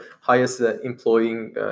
highest-employing